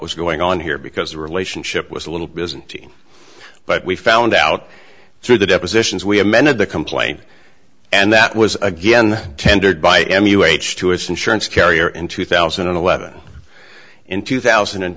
was going on here because the relationship was a little byzantine but we found out through the depositions we amended the complaint and that was again tendered by m u h two s insurance carrier in two thousand and eleven in two thousand and